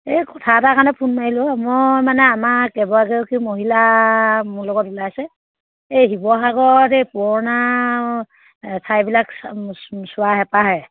এই কথা এটাৰ কাৰণে ফোন মাৰিলোঁ মই মানে আমাৰ কেইবাগৰাকীও মহিলা মোৰ লগত ওলাইছে এই শিৱসাগৰত এই পুৰণা ঠাইবিলাক চোৱা হেঁপাহেৰে